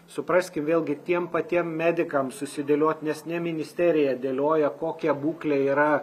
supraskim vėlgi tiem patiem medikam susidėliot nes ne ministerija dėlioja kokia būklė yra